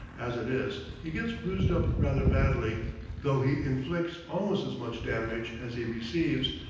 as it is, he gets bruised up rather badly though he inflicts almost as much damage as he receives,